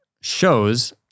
shows